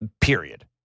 period